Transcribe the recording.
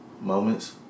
moments